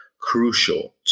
crucial